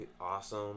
awesome